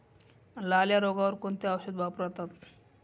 लाल्या रोगावर कोणते औषध वापरतात?